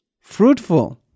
fruitful